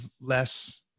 less